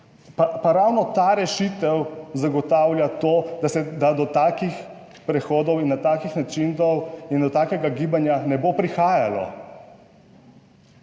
pa ravno ta rešitev zagotavlja to, da se, da do takih prehodov in na takih načinov in do takega gibanja ne bo prihajalo.